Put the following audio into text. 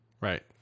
right